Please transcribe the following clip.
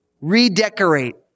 Redecorate